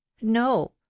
no